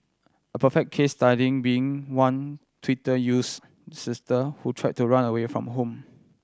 a perfect case study being one Twitter use sister who tried to run away from home